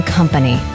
company